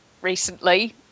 recently